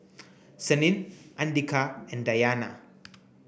Senin Andika and Dayana